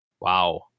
Wow